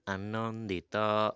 ଆନନ୍ଦିତ